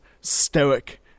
stoic